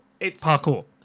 Parkour